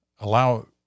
allow